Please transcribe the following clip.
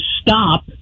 stop